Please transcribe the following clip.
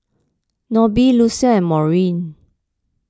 Nobie Lucile and Maureen